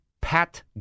Pat